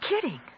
kidding